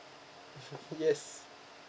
yes